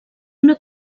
una